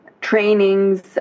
trainings